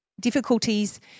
difficulties